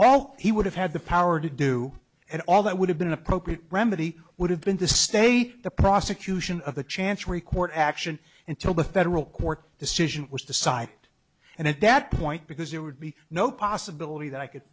all he would have had the power to do and all that would have been appropriate remedy would have been the state the prosecution of the chance required action until the federal court decision was decide and at that point because it would be no possibility that i could